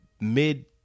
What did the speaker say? mid